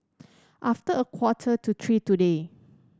after a quarter to three today